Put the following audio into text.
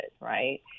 right